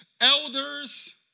elders